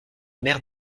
mer